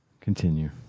Continue